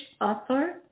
author